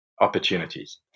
opportunities